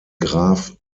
graf